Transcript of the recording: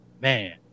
man